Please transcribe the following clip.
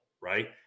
right